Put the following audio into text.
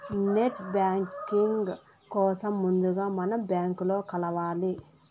net banking కోసం ముందుగా మనం బ్యాంకులో కలవాలి